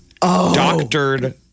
doctored